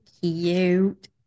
cute